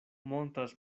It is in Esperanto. montras